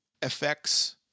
FX